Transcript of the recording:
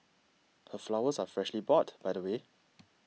her flowers are freshly bought by the way